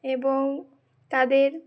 এবং তাদের